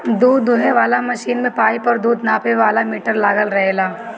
दूध दूहे वाला मशीन में पाइप और दूध नापे वाला मीटर लागल रहेला